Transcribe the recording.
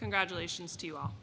congratulations to you all